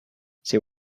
they